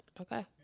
Okay